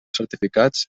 certificats